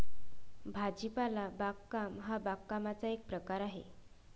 भाजीपाला बागकाम हा बागकामाचा एक प्रकार आहे